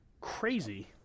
crazy